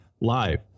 live